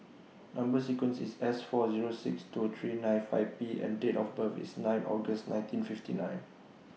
Number sequence IS S four Zero six two three nine five P and Date of birth IS nine August nineteen fifty nine